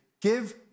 give